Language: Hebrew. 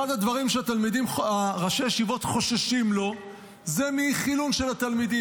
אחד הדברים שראשי הישיבות חוששים לו הוא מחילון של התלמידים.